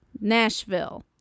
Nashville